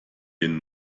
den